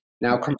Now